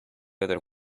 other